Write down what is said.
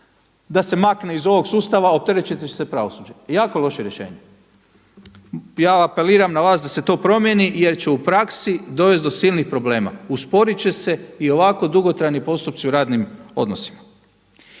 da se makne iz ovog sustava, a opteretit će se pravosuđe. Jako loše rješenje. Ja apeliram na vas da se to promijeni jer će u praksi dovesti do silnih problema, usporit će se i ovako dugotrajni postupci u radnim odnosima.